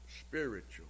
spiritual